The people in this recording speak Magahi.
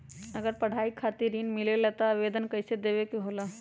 अगर पढ़ाई खातीर ऋण मिले ला त आवेदन कईसे देवे के होला?